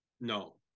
no